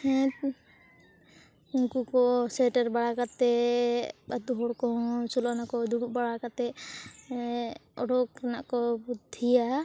ᱦᱮᱸ ᱩᱱᱠᱩ ᱠᱚ ᱥᱮᱴᱮᱨ ᱵᱟᱲᱟ ᱠᱟᱛᱮᱫ ᱟᱹᱛᱩ ᱦᱚᱲ ᱠᱚᱦᱚᱸ ᱥᱳᱞᱳᱼᱟᱱᱟ ᱠᱚ ᱫᱩᱲᱩᱵ ᱵᱟᱲᱟ ᱠᱟᱛᱮᱫ ᱚᱰᱚᱠ ᱨᱮᱱᱟᱜ ᱠᱚ ᱵᱩᱫᱽᱫᱷᱤᱭᱟ